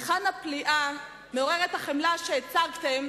היכן הפליאה מעוררת החמלה שהצגתם